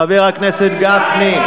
חבר הכנסת גפני,